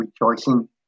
rejoicing